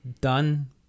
done